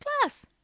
Class